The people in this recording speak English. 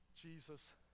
Jesus